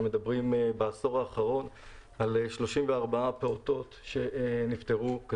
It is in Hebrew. שמדברים על 34 פעוטות שנפטרו,